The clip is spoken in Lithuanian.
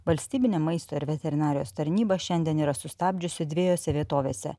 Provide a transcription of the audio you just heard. valstybinė maisto ir veterinarijos tarnyba šiandien yra sustabdžiusi dvejose vietovėse